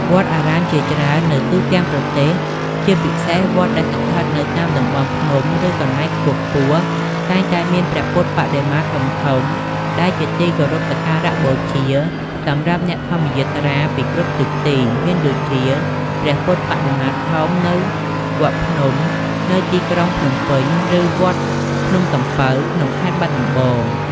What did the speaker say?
វត្តអារាមជាច្រើននៅទូទាំងប្រទេស ជាពិសេសវត្តដែលស្ថិតនៅតាមតំបន់ភ្នំ ឬកន្លែងខ្ពស់ៗ តែងតែមានព្រះពុទ្ធបដិមាធំៗដែលជាទីគោរពសក្ការៈបូជាសម្រាប់អ្នកធម្មយាត្រាពីគ្រប់ទិសទី មានដូចជា ព្រះពុទ្ធបដិមាធំនៅវត្តភ្នំ នៅក្នុងទីក្រុងភ្នំពេញ ឬនៅវត្តភ្នំសំពៅ ក្នុងខេត្តបាត់ដំបង។